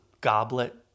goblet